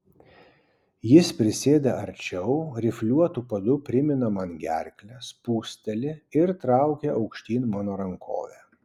jis prisėda arčiau rifliuotu padu primina man gerklę spūsteli ir traukia aukštyn mano rankovę